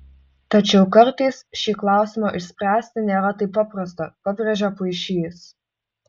tačiau kartais šį klausimą išspręsti nėra taip paprasta pabrėžia puišys